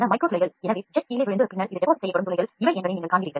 micro துளைகள் என்பது jet கீழே விழுந்து பின்னர் இது வடிவு செய்யப்படும் துளைகள் ஆகும்